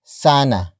sana